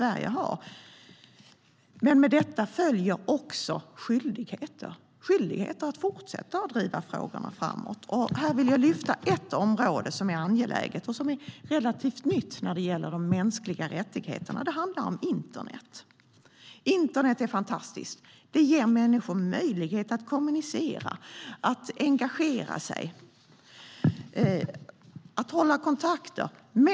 Men med detta följer också skyldigheter att fortsätta driva frågorna framåt. Här vill jag lyfta fram ett område som är angeläget och som är relativt nytt när det gäller de mänskliga rättigheterna. Det handlar om internet. Internet är fantastiskt. Det ger människor möjlighet att kommunicera, att engagera sig och att hålla kontakt med andra.